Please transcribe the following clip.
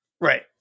Right